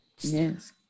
Yes